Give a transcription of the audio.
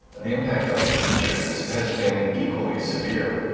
the impact on teachers has been equally severe.